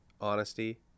honesty